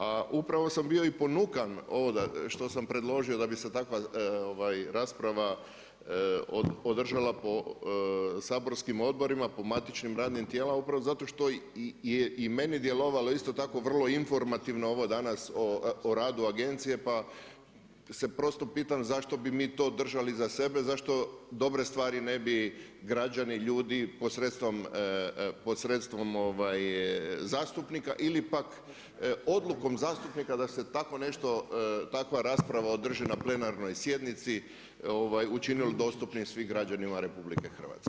A upravo sam bio i ponukan što sam predložio da bi se takva rasprava održala po saborskim odborima, po matičnim radnim tijelima, upravo zato što je i meni djelovalo isto tako vrlo informativno ovo danas o radu agencije pa se prosto pitam zašto bi mi to držali za sebe, zašto dobre stvari ne bi građani, ljudi posredstvom zastupnika ili pak odlukom zastupnika da se tako nešto, da se takva rasprava održi na plenarnoj sjednici, učinilo dostupnim svim građanima RH.